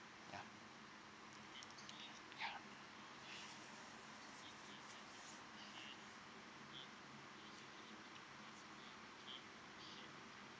ya ya